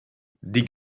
die